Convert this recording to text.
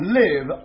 live